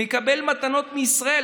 מקבל מתנות מישראל,